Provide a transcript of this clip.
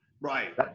right